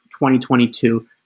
2022